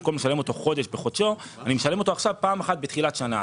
במקום לשלם אותו חודש בחודשו אני משלם אותו פעם אחת בתחילת השנה.